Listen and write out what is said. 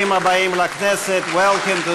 (מחיאות כפיים) ברוכים הבאים לכנסת,